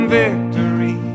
victory